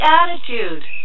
attitude